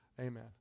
amen